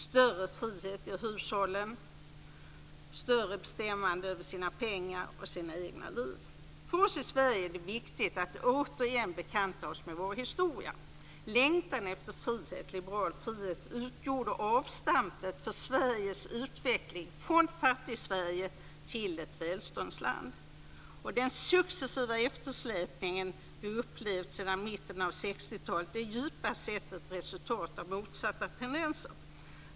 Större frihet ger hushållen större bestämmande över sina pengar och sina egna liv. För oss i Sverige är det viktigt att återigen bekanta oss med vår historia. Längtan efter frihet, liberal frihet, utgjorde avstampet för Sveriges utveckling från Fattigsverige till ett välståndsland. Den successiva eftersläpning vi har upplevt sedan mitten av 60 talet är djupast sett ett resultat av motsatta tendenser.